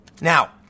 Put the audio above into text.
Now